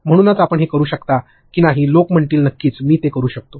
म्हणूनच आपण हे करू शकता की नाही लोक म्हणतील नक्कीच मी ते करू शकतो